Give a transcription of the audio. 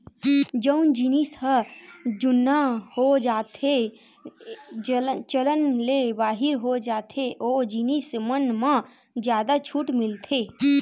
जउन जिनिस ह जुनहा हो जाथेए चलन ले बाहिर हो जाथे ओ जिनिस मन म जादा छूट मिलथे